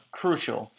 crucial